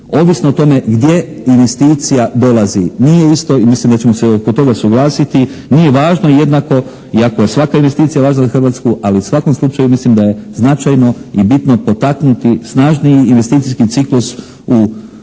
ovisno o tome gdje investicija dolazi. Nije isto i mislim da ćemo se oko toga suglasiti, nije važno jednako iako je svaka investicija važna za Hrvatsku, ali u svakom slučaju mislim da je značajno i bitno potaknuti snažniji investicijski ciklus u